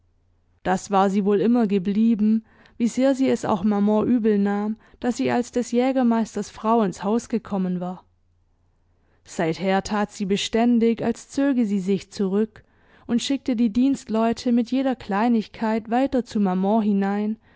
das war sie wohl immer geblieben wie sehr sie es auch maman übelnahm daß sie als des jägermeisters frau ins haus gekommen war seither tat sie beständig als zöge sie sich zurück und schickte die dienstleute mit jeder kleinigkeit weiter zu maman hinein